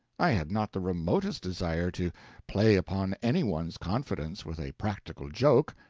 i had not the remotest desire to play upon any one's confidence with a practical joke,